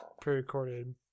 pre-recorded